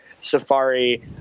safari